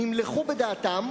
נמלכו בדעתם